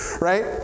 Right